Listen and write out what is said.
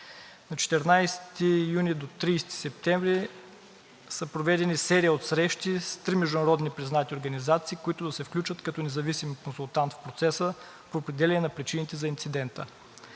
От 14 юни до 30 септември са проведени серия от срещи с три международно признати организации, които да се включат като независим консултант в процеса по определяне на причините за инцидента.